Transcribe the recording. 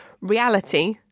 reality